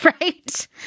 right